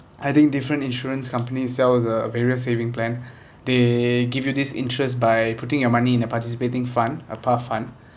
I think different insurance company sells uh various saving plan they give you this interest by putting your money into participating fund APA fund